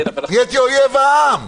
נהייתי אויב העם.